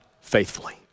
faithfully